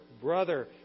brother